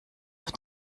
auf